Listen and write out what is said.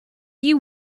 you